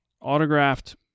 autographed